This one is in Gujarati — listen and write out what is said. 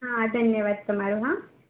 હા ધન્યવાદ તમારો હા